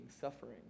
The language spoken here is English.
suffering